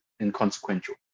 inconsequential